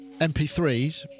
MP3s